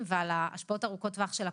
ועל ההשפעות ארוכות הטווח של הקורונה.